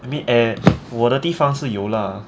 I mean eh 我的地方是有 lah